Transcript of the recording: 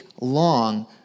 long